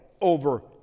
over